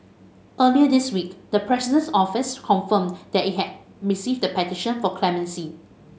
earlier this week the President's Office confirmed that it had received the petition for clemency